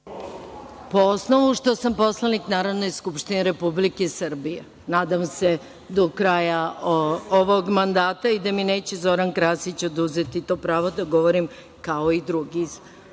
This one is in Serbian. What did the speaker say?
Po osnovu što sam poslanik Narodne skupštine Republike Srbije, nadam se do kraja ovog mandata, i da mi neće Zoran Krasić oduzeti to pravo da govorim kao i drugi.